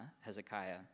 Hezekiah